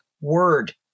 word